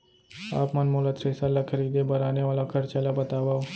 आप मन मोला थ्रेसर ल खरीदे बर आने वाला खरचा ल बतावव?